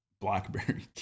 blackberry